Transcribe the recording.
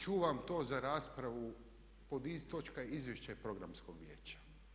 Čuvam to za raspravu pod točka Izvješće programskog vijeća.